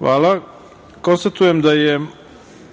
jedinice. Konstatujem da je,